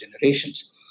generations